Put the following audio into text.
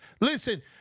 Listen